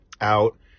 out